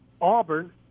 Auburn